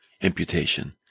imputation